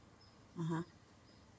(uh huh)